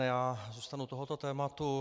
Já zůstanu u tohoto tématu.